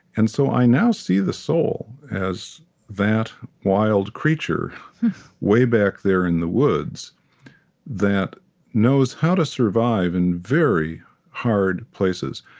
and so i now see the soul as that wild creature way back there in the woods that knows how to survive in very hard places,